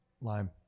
Lime